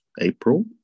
April